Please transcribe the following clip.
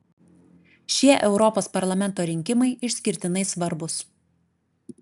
šie europos parlamento rinkimai išskirtinai svarbūs